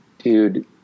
Dude